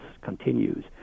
continues